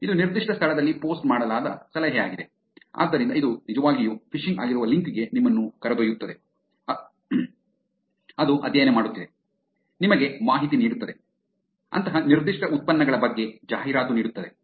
ಇದು ನಿರ್ದಿಷ್ಟ ಸ್ಥಳದಲ್ಲಿ ಪೋಸ್ಟ್ ಮಾಡಲಾದ ಸಲಹೆಯಾಗಿದೆ ಆದ್ದರಿಂದ ಇದು ನಿಜವಾಗಿಯೂ ಫಿಶಿಂಗ್ ಆಗಿರುವ ಲಿಂಕ್ ಗೆ ನಿಮ್ಮನ್ನು ಕರೆದೊಯ್ಯುತ್ತದೆ ಅದು ಅಧ್ಯಯನ ಮಾಡುತ್ತಿದೆ ನಿಮಗೆ ಮಾಹಿತಿ ನೀಡುತ್ತದೆ ಅಂತಹ ನಿರ್ದಿಷ್ಟ ಉತ್ಪನ್ನಗಳ ಬಗ್ಗೆ ಜಾಹೀರಾತು ನೀಡುತ್ತದೆ